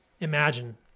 imagine